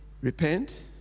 repent